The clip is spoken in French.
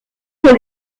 son